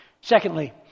Secondly